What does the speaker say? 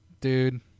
dude